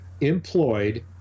employed